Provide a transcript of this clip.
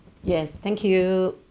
yes thank you